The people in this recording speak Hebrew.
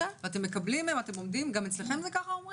גם אצלכם זה ככה, עמרי,